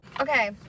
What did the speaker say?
okay